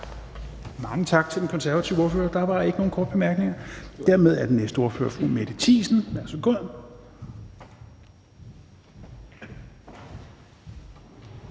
Mange tak til den konservative ordfører. Der var ikke nogen korte bemærkninger. Dermed er den næste ordfører fru Mette Thiesen.